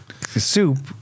soup